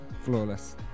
Flawless